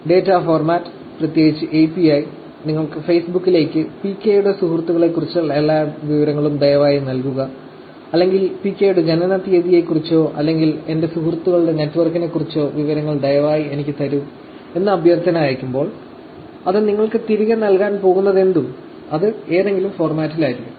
data format പ്രത്യേകിച്ച് API നിങ്ങൾ Facebook ലേക്ക് PK യുടെ സുഹൃത്തുക്കളെക്കുറിച്ചുള്ള എല്ലാ വിവരങ്ങളും ദയവായി നൽകുക അല്ലെങ്കിൽ PK യുടെ ജനനത്തീയതിയെക്കുറിച്ചോ അല്ലെങ്കിൽ എന്റെ സുഹൃത്തുക്കളുടെ നെറ്റ്വർക്കിനെക്കുറിച്ചോ വിവരങ്ങൾ ദയവായി എനിക്ക് തരൂ എന്ന് അഭ്യർത്ഥന അയക്കുമ്പോൾ അത് നിങ്ങൾക്ക് തിരികെ നൽകാൻ പോകുന്നതെന്തും അത് ഏതെങ്കിലും ഫോർമാറ്റിൽ ആയിരിക്കും